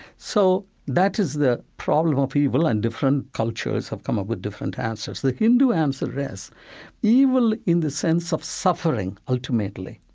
so that is the problem of evil and different cultures have come up with different answers. the hindu answer is evil in the sense of suffering ultimately